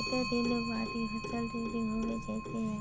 केते दिन बाद फसल रेडी होबे जयते है?